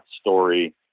story